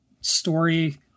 story